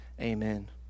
Amen